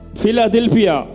Philadelphia